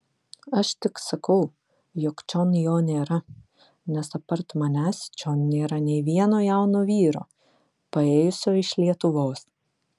aš tik sakau jog čion jo nėra nes apart manęs čion nėra nė vieno jauno vyro paėjusio iš lietuvos